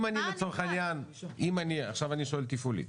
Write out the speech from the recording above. אני שואל עכשיו תפעולית,